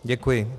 Děkuji.